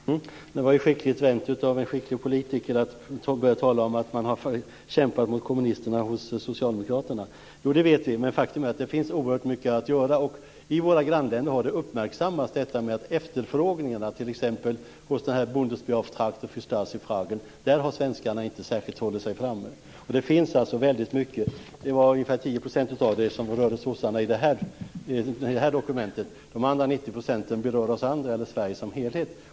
Herr talman! Det var ju skickligt vänt av en skicklig politiker att börja tala om att socialdemokraterna har kämpat mot kommunisterna. Det vet vi, men faktum är att det finns oerhört mycket att göra. Och i våra grannländer har det uppmärksammats att svenskarna inte har hållit sig särskilt väl framme när det gäller efterfrågningarna hos t.ex. Der Bundesbeauftragte für die Stasifragen. Det finns alltså väldigt mycket. Det var ungefär 10 % som rörde sossarna i det här dokumentet. De andra 90 % berör oss andra eller Sverige som helhet.